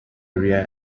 area